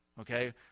okay